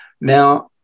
Now